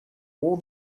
all